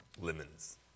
Lemons